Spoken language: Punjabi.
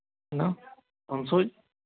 ਕਿੰਨਾ ਪੰਜ ਸੌ